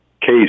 case